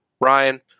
Ryan